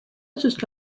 otsust